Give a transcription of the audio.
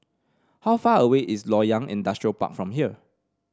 how far away is Loyang Industrial Park from here